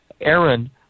Aaron